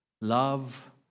Love